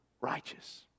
righteous